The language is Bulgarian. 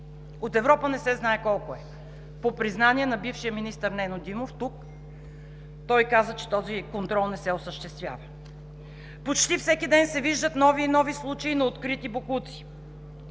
от Европа не се знае колко е. По признание на бившия министър Нено Димов тук, той каза, че този контрол не се осъществява. Почти всеки ден се виждат нови и нови случаи на открити боклуци.